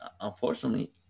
unfortunately